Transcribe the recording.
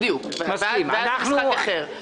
בדיוק, ואז זה משחק אחר.